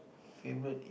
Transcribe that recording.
favourite